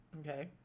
Okay